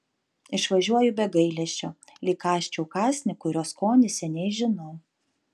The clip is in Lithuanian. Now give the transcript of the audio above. išvažiuoju be gailesčio lyg kąsčiau kąsnį kurio skonį seniai žinau